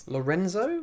Lorenzo